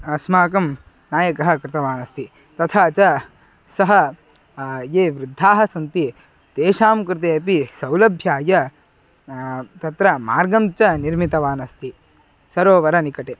अस्माकं नायकः कृतवान् अस्ति तथा च सः ये वृद्धाः सन्ति तेषां कृते अपि सौलभ्याय तत्र मार्गं च निर्मितवान् अस्ति सरोवरनिकटे